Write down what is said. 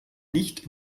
nicht